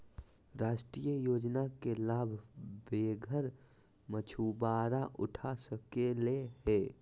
राष्ट्रीय योजना के लाभ बेघर मछुवारा उठा सकले हें